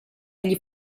egli